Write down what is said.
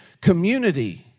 community